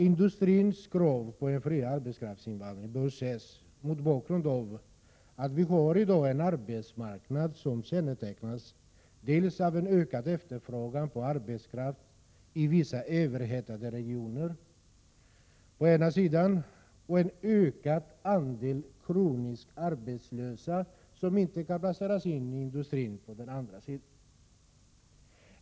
Industrins krav på en fri arbetskraftsinvandring bör ses mot bakgrund av att vi i dag har en arbetsmarknad som kännetecknas dels av en ökad efterfrågan på arbetskraft i vissa överhettade regioner, dels av en ökad andel kroniskt arbetslösa som inte kan placeras in i industrin.